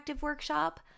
workshop